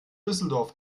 düsseldorf